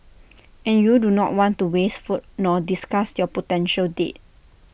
and you do not want to waste food nor disgust your potential date